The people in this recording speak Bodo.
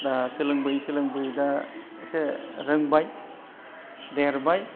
दा सोलोंबोयै सोलोंबोयै दा एसे रोंबाय देरबाय